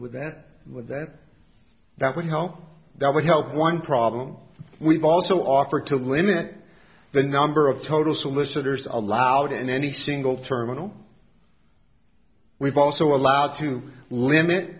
with that would that that would help that would help one problem we've also offered to limit the number of total solicitors allowed in any single terminal we've also allowed to limit